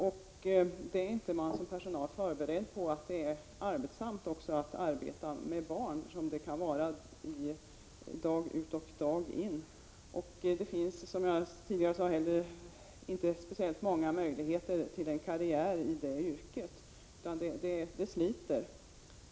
Personalen är inte förberedd på att det är så ansträngande som det är att dag ut och dag in arbeta med barn. Som jag tidigare sade har inte barnomsorgspersonalen speciellt många möjligheter att göra karriär inom sitt yrke. De har det slitsamt.